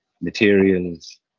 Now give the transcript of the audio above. materials